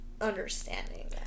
understanding